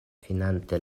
finante